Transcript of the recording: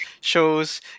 shows